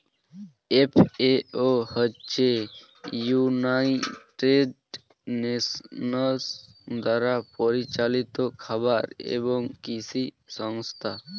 FAO হচ্ছে United Nations দ্বারা পরিচালিত খাবার এবং কৃষি সংস্থা